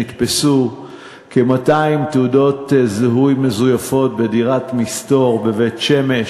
נתפסו כ-200 תעודות זיהוי מזויפות בדירת מסתור בבית-שמש